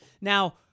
Now